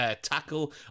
tackle